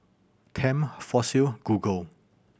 Tempt Fossil Google